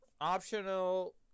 Optional